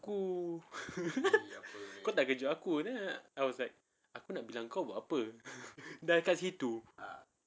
oh kau tak kejut aku then I was like apa nak kau jangka buat apa dah kat situ